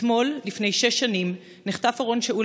אתמול לפני שש שנים נחטף אורון שאול